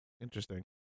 Interesting